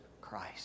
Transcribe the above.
Christ